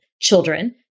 children